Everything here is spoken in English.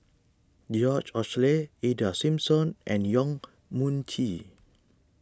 George Oehlers Ida Simmons and Yong Mun Chee